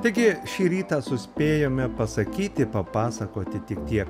taigi šį rytą suspėjome pasakyti papasakoti tik tiek